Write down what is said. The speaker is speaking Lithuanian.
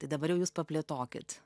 tai dabar jau jūs paplėtokit